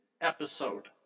episode